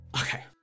Okay